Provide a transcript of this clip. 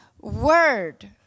word